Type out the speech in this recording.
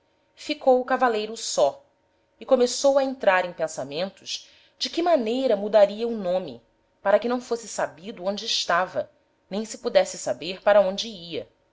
ficou o cavaleiro só e começou a entrar em pensamentos de que maneira mudaria o nome para que não fosse sabido onde estava nem se pudesse saber para onde ia